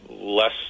less